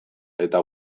eta